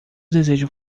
desejos